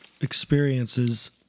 Experiences